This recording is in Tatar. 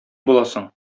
буласың